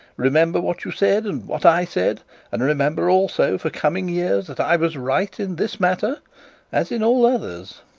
remember what you said and what i said and remember also for coming years, that i was right in this matter as in all others